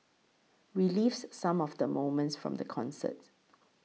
relives some of the moments from the concert